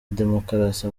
demokarasi